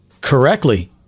correctly